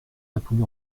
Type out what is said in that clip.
répondu